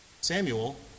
Samuel